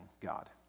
God